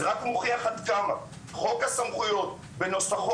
זה רק מוכיח עד כמה חוק הסמכויות בנוסחו